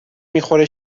میخوره